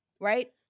right